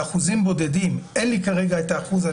באחוזים בודדים ואין לי כרגע את הנתון אז